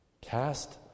cast